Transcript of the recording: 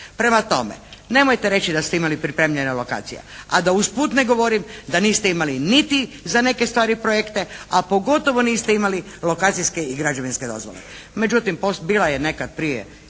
Prema tome, nemojte reći da ste imali pripremljene lokacije. A da usput ne govorim da niste imali niti za neke stvari projekte, a pogotovo niste imali lokacijske i građevinske dozvole. Međutim, bila je nekad prije